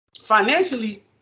financially